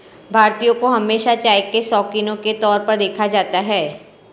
भारतीयों को हमेशा चाय के शौकिनों के तौर पर देखा जाता है